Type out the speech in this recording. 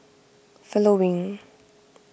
following